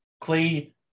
Clay